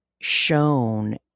shown